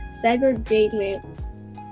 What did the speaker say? segregation